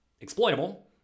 exploitable